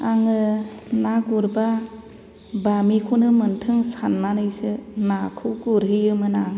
आङो ना गुरबा बामिखौनो मोनथों सान्नानैसो नाखौ गुरहैयोमोन आं